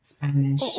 Spanish